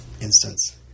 instance